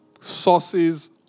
sources